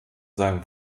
seinem